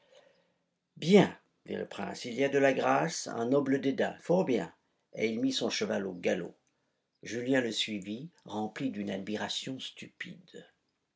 bien dit le prince il y a de la grâce un noble dédain fort bien et il mit son cheval au galop julien le suivit rempli d'une admiration stupide